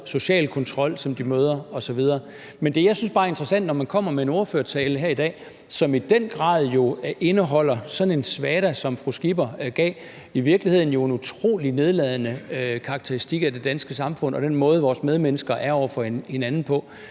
social kontrol, som de møder, osv. Men det, jeg bare synes er interessant, når man kommer med en ordførertale her i dag, som jo i den grad indeholder sådan en svada, som fru Pernille Skipper gav, er, at det i virkeligheden er en utrolig nedladende karakteristik af det danske samfund og den måde, vores medmennesker er på over for hinanden.